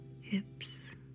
hips